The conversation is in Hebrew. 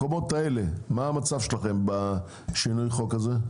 מה המצב שלכם במקומות האלה בשינוי החוק הזה?